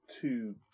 two